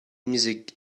music